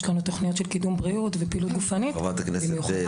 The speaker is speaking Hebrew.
יש לנו תוכניות של קידום בריאות ופעילות גופנית במיוחד.